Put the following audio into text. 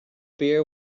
beer